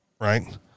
right